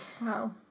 Wow